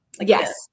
Yes